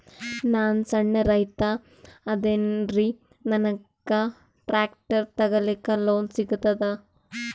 ನಾನ್ ಸಣ್ ರೈತ ಅದೇನೀರಿ ನನಗ ಟ್ಟ್ರ್ಯಾಕ್ಟರಿ ತಗಲಿಕ ಲೋನ್ ಸಿಗತದ?